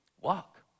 Walk